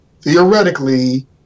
theoretically